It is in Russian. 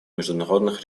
международных